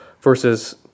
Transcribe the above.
versus